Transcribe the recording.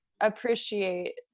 appreciate